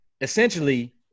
essentially